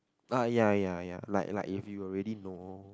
oh ya ya ya like like you have already know